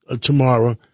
tomorrow